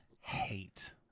hate